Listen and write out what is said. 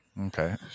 Okay